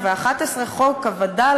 חוק הווד"ל,